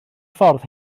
ffordd